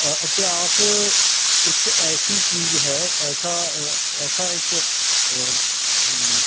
ਇਤਿਹਾਸ ਇੱਕ ਐਸੀ ਚੀਜ਼ ਹੈ ਐਸਾ ਐਸਾ ਇੱਕ